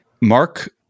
mark